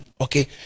okay